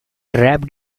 wrapped